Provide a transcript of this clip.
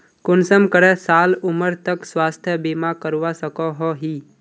कुंसम करे साल उमर तक स्वास्थ्य बीमा करवा सकोहो ही?